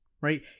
right